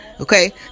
Okay